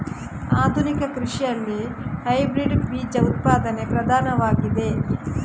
ಆಧುನಿಕ ಕೃಷಿಯಲ್ಲಿ ಹೈಬ್ರಿಡ್ ಬೀಜ ಉತ್ಪಾದನೆ ಪ್ರಧಾನವಾಗಿದೆ